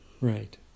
Right